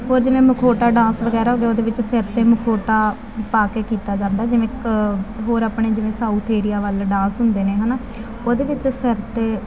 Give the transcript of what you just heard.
ਹੋਰ ਜਿਵੇਂ ਮਖੋਟਾ ਡਾਂਸ ਗੈਰਾ ਹੋ ਗਿਆ ਉਹਦੇ ਵਿੱਚ ਸਿਰ 'ਤੇ ਮਖੋਟਾ ਪਾ ਕੇ ਕੀਤਾ ਜਾਂਦਾ ਜਿਵੇਂ ਇੱਕ ਹੋਰ ਆਪਣੇ ਜਿਵੇਂ ਸਾਊਥ ਏਰੀਆ ਵੱਲ ਡਾਂਸ ਹੁੰਦੇ ਨੇ ਹੈ ਨਾ ਉਹਦੇ ਵਿੱਚ ਸਿਰ 'ਤੇ